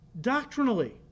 doctrinally